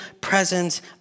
presence